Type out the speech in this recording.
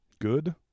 good